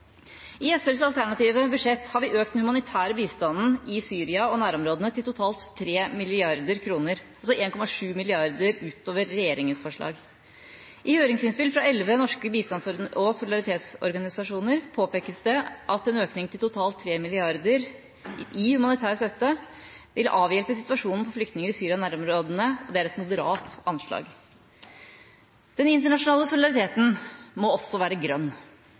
I SVs alternative budsjett har vi økt den humanitære bistanden i Syria og nærområdene til totalt 3 mrd. kr, altså 1,7 mrd. kr utover regjeringas forslag. I høringsinnspill fra elleve norske bistands- og solidaritetsorganisasjoner påpekes det at en økning til totalt 3 mrd. kr i humanitær støtte til å avhjelpe situasjonen for flyktninger i Syria og nærområdene, er et moderat anslag. Den internasjonale solidariteten må også være grønn.